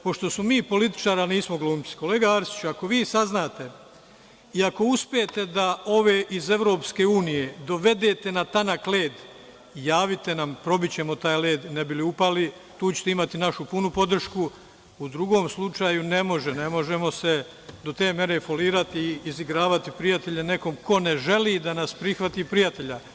Pošto smo mi političari, a nismo glumci, kolega Arsiću, ako vi saznate i ako uspete da ove iz EU dovedete na tanak led, javite nam, probićemo taj led ne bi li upali, tu ćete imati našu punu podršku, u drugom slučaju ne može, ne možemo se do te mere folirati i izigravati prijatelje nekom ko ne želi da nas prihvati za prijatelja.